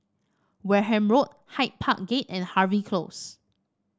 Wareham Road Hyde Park Gate and Harvey Close